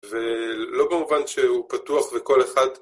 ולא במובן שהוא פתוח וכל אחד